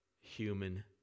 human